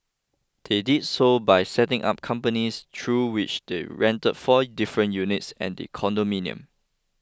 did they so by setting up companies through which they rented four different units at the condominium